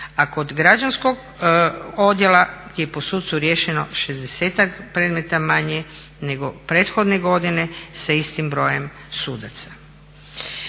a kod građanskog odjela je po sucu riješeno šezdesetak predmeta manje nego prethodne godine sa istim brojem sudaca.